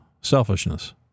selfishness